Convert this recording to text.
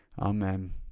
Amen